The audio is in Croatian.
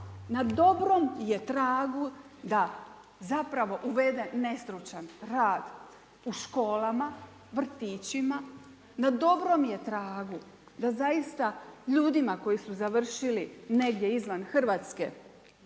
Na dobrom je tragu da zapravo uvede nestručan rad u školama, vrtićima. Na dobrom je tragu da zaista ljudima koji su završili negdje izvan RH